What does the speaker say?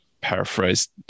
paraphrased